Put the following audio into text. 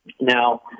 Now